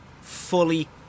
fully